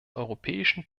europäischen